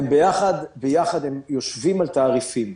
ביחד הם יושבים על תעריפים.